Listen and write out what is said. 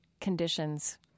conditions